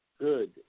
Good